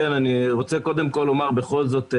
אני רוצה בכל זאת לומר,